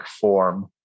form